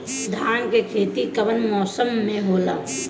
धान के खेती कवन मौसम में होला?